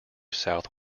south